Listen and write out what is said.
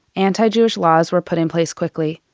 anti-jewish laws were put in place quickly.